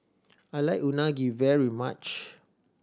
I like Unagi very much